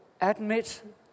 admit